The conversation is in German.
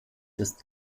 ist